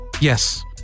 Yes